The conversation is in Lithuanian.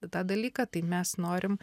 tą dalyką tai mes norim